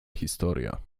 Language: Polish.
historia